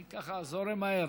אני ככה זורם מהר.